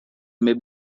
may